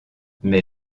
mais